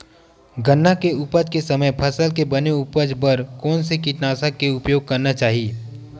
गन्ना के उपज के समय फसल के बने उपज बर कोन से कीटनाशक के उपयोग करना चाहि?